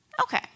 Okay